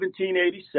1787